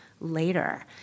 later